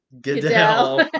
Goodell